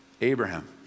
Abraham